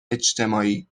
اجتماعی